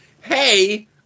hey